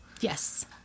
Yes